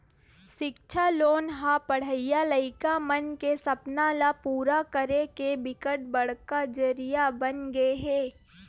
सिक्छा लोन ह पड़हइया लइका मन के सपना ल पूरा करे के बिकट बड़का जरिया बनगे हे